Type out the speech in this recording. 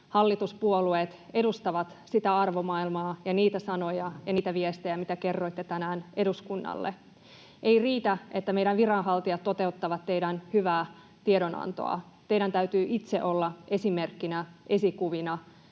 hallituspuolueet edustavat sitä arvomaailmaa ja niitä sanoja ja niitä viestejä, mitä kerroitte tänään eduskunnalle? Ei riitä, että meidän viranhaltijamme toteuttavat teidän hyvää tiedonantoanne. Teidän täytyy itse olla esimerkkinä, esikuvina.